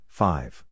five